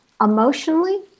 Emotionally